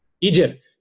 Egypt